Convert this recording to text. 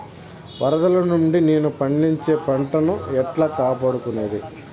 వరదలు నుండి నేను పండించే పంట ను ఎట్లా కాపాడుకునేది?